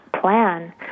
plan